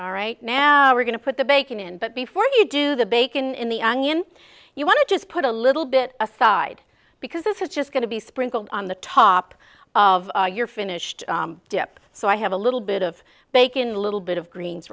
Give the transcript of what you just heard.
all right now we're going to put the bacon in but before you do the bacon in the onion you want to just put a little bit aside because this is just going to be sprinkled on the top of your finished dip so i have a little bit of bacon little bit of greens